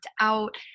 out